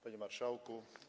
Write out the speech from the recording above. Panie Marszałku!